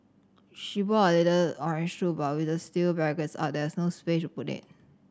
she brought a little orange stool but with the steel barricades up there was no space to put it